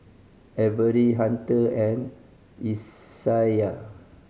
Avery Hunter and Isaiah